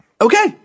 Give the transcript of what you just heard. Okay